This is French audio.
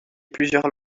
plusieurs